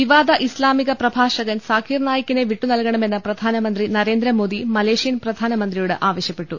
വിപാദ ഇസ്താ മിക പ്രഭാഷകൻ സാഖിർ നായിക്കിനെ വിട്ടു നൽകണമെന്ന് പ്രധാനമന്ത്രി നരേന്ദ്രമോദി മലേഷ്യൻ പ്രധാനമന്ത്രിയോട് ആവശ്യപ്പെട്ടു